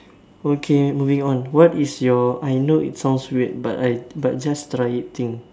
okay moving on what is your I know it sounds weird but I but just try eating